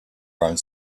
around